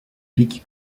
pic